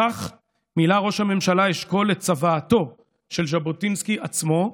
בכך מילא ראש הממשלה אשכול את צוואתו של ז'בוטינסקי עצמו,